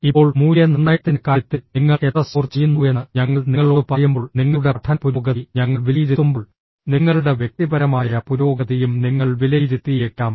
ഇപ്പോൾ മൂല്യനിർണ്ണയത്തിന്റെ കാര്യത്തിൽ നിങ്ങൾ എത്ര സ്കോർ ചെയ്യുന്നുവെന്ന് ഞങ്ങൾ നിങ്ങളോട് പറയുമ്പോൾ നിങ്ങളുടെ പഠന പുരോഗതി ഞങ്ങൾ വിലയിരുത്തുമ്പോൾ നിങ്ങളുടെ വ്യക്തിപരമായ പുരോഗതിയും നിങ്ങൾ വിലയിരുത്തിയേക്കാം